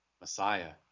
Messiah